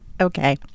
Okay